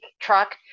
truck